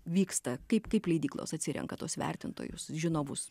vyksta kaip kaip leidyklos atsirenka tuos vertintojus žinovus